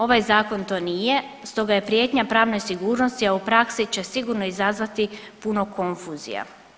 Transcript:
Ovaj Zakon to nije, stoga je prijetnja pravnoj sigurnosti, a u praksi će sigurno izazvati puno konfuzija.